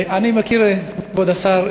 אני מכיר את כבוד השר,